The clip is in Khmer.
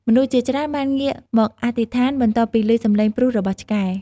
មនុស្សជាច្រើនបានងាកមកអធិស្ឋានបន្ទាប់ពីឮសំឡេងព្រុសរបស់ឆ្កែ។